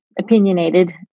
opinionated